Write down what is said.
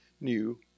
new